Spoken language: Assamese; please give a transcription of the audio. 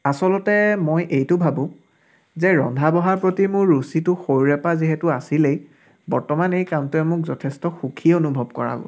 আচলতে মই এইটো ভাবোঁ যে ৰন্ধা বঢ়াৰ প্ৰতি মোৰ ৰুচিটো সৰুৰে পৰা যিহেতু আছিলেই বৰ্তমান এই কামটোৱে মোক যথেষ্ট সুখী অনুভৱ কৰাব